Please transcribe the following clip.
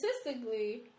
statistically